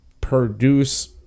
produce